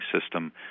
system